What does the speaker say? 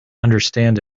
understand